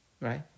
Right